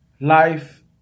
life